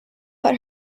put